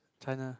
China